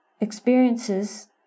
experiences